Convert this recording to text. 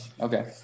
Okay